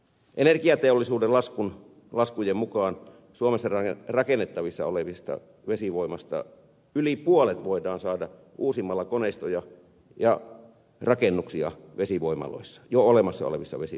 energiateollisuuden laskujen mukaan suomessa rakennettavissa olevasta vesivoimasta yli puolet voidaan saada uusimalla koneistoja ja rakennuksia jo olemassa olevissa vesivoimaloissa